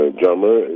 drummer